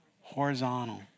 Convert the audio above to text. horizontal